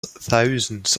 thousands